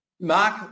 Mark